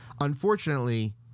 unfortunately